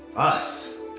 us